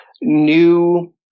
new